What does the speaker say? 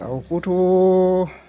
दाउखौथ'